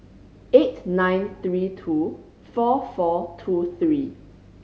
eight nine three two four four two three